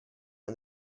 and